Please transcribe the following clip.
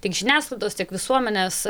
tiek žiniasklaidos tiek visuomenės